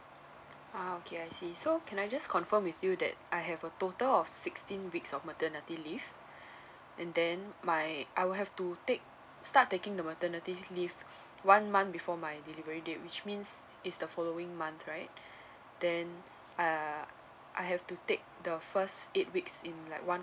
ah okay I see so can I just confirm with you that I have a total of sixteen weeks of maternity leave and then my I will have to take start taking the maternity leave one month before my delivery date which means it's the following month right then err I have to take the first eight weeks in like one